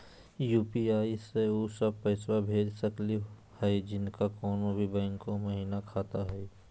UPI स उ सब क पैसा भेज सकली हई जिनका कोनो भी बैंको महिना खाता हई?